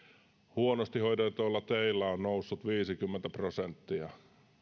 huonosti hoidetuilla teillä on noussut viisikymmentä prosenttia